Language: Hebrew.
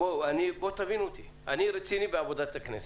תבין אותי, אני רציני בעבודת הכנסת.